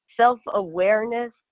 self-awareness